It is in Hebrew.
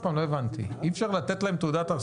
אי אפשר לתת להם תעודה?